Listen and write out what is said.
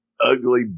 ugly